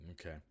okay